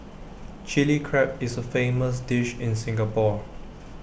Chilli Crab is A famous dish in Singapore